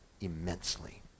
immensely